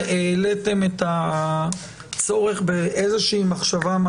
האם העליתם את הצורך באיזו שהיא מחשבה מה